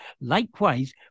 Likewise